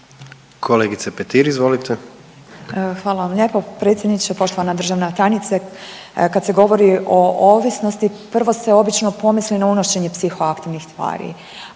Marijana (Nezavisni)** Hvala vam lijepo predsjedniče. Poštovana državna tajnice kad se govori o ovisnosti prvo se obično pomisli na unošenje psihoaktivnih tvari,